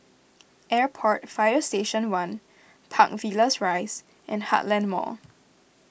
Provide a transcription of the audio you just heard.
Airport Fire Station one Park Villas Rise and Heartland Mall